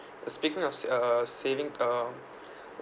uh speaking ofs uh saving uh